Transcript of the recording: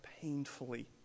painfully